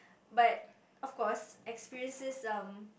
but of course experiences um